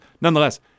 Nonetheless